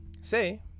Say